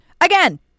Again